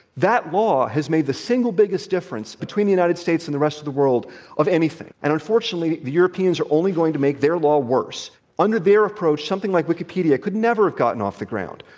that law has made the single biggest difference between the united states and the rest of the world of anything. and unfortunately, the europeans are only going to make their law worse. under their approach, something like wikipedia could never have gotten off the ground.